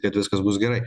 kad viskas bus gerai